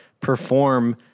perform